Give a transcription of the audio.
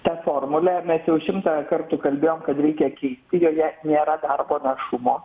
tą formulę mes jau šimtą kartų kalbėjome kad reikia keisti joje nėra darbo našumo